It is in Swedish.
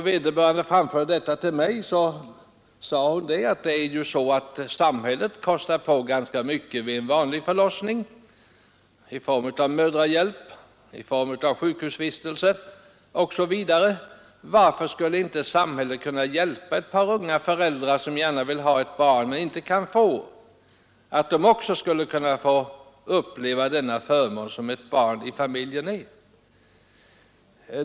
Då vederbörande framförde detta till mig framhöll de att samhället vid en vanlig förlossning kostar på ganska mycket i form av mödrahjälp, sjukhusvistelse, osv. Varför skulle samhället då inte kunna hjälpa ett par unga människor, som gärna vill ha ett barn men inte kan få det själva, till att få uppleva den förmån som ett barn i familjen är?